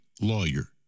lawyer